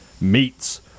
Meats